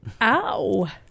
ow